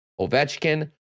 Ovechkin